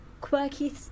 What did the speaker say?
Quirky